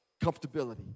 comfortability